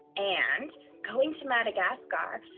and going to madagascar,